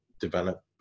develop